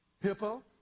hippo